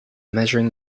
measuring